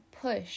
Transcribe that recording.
push